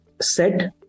set